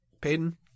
Peyton